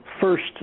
first